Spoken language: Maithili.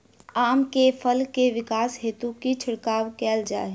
आम केँ फल केँ विकास हेतु की छिड़काव कैल जाए?